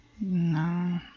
No